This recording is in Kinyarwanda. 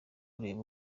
kureba